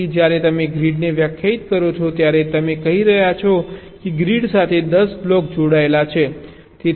તેથી જ્યારે તમે ગ્રીડને વ્યાખ્યાયિત કરો છો ત્યારે તમે કહી રહ્યા છો કે ગ્રીડ સાથે 10 બ્લોક જોડાયેલા છે